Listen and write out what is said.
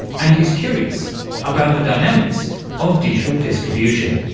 and he's curious about the dynamics of digital distribution.